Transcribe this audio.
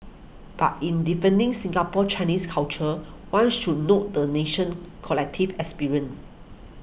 but in defining Singapore Chinese culture one should note the nation's collective experience